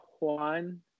Juan